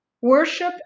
worship